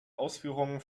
ausführungen